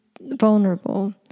vulnerable